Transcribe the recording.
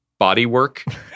bodywork